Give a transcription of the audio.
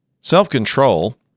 self-control